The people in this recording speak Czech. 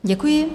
Děkuji.